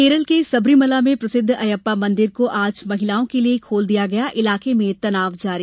केरल के सबरीमला में प्रसिद्ध अयप्पा मंदिर को आज महिलाओं के लिए खोल दिया गया इलाके में तनाव जारी